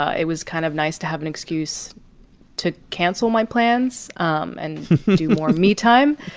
ah it was kind of nice to have an excuse to cancel my plans um and do more me time.